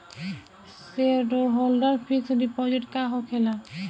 Shareholder fix deposit का होखे ला?